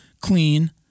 Clean